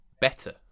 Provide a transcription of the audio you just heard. better